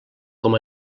com